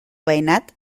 veïnat